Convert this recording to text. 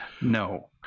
No